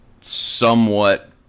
somewhat